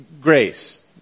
Grace